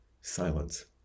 silence